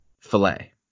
filet